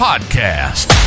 Podcast